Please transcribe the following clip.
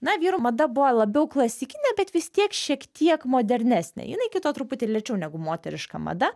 na vyrų mada buvo labiau klasikinė bet vis tiek šiek tiek modernesnė jinai kito truputį lėčiau negu moteriška mada